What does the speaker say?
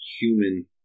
human